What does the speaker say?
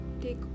take